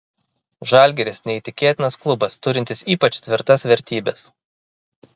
žalgiris neįtikėtinas klubas turintis ypač tvirtas vertybes